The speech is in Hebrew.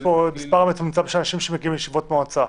יש פה מספר מצומצם של אנשים שמגיעים לישיבות מועצה.